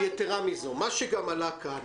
יתרה מזו, עלה כאן,